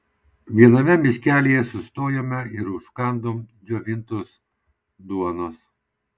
viename miškelyje sustojome ir užkandom džiovintos duonos